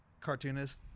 cartoonist